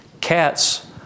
Cats